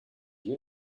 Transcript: you